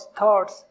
thoughts